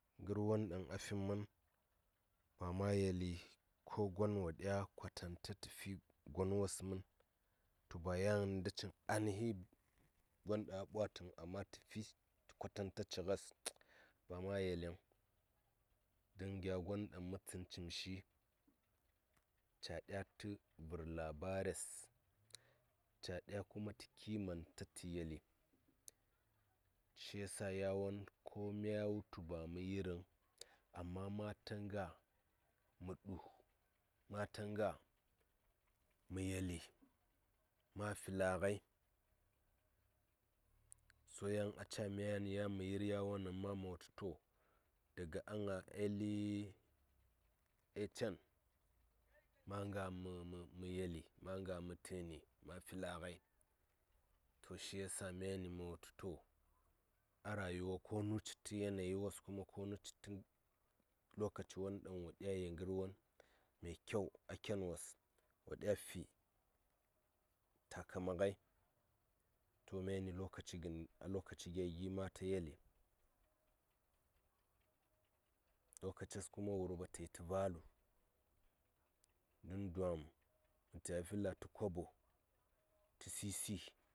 Ngər won ɗaŋ a fim mən ba ma yeli ko gon wo ɗya kwatan ta tə fi gon wos mən to ba yan cini ainihi gon ɗaŋ a ɓwa təŋ amma tə fi tə kwatanta ci nges ba ma yeliŋ don gya gon ɗaŋ mə tsən cim shi ca ɗya tə vər labares caa ɗya kuma tə kimanta tə yeli shi ya sa ya won ko mya wutu ba mə yirəŋ amma mata nga mə du ma ta nga mə yeli ma fi la ngai so yan a ca myani yan mə yir yawo nəŋ ma wutu to daga a nga eli eh caŋ ma nga mə yeli ma nga mə təni ma fila ngai to ya sa myani ma wutu to a rayuwa konu citə yanayi wos kuma konu citə lokaci won ɗaŋ wo ɗya yel ngər won me kyau a ken wos wo ɗya fi takama ngai to myani lokaci gən a lokaci gya gi ma ta yeli lokaces kuma wurɓa ta yi tə valu mən dwam tə ta ya fi la tə kobo tə səsəi.